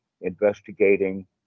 investigating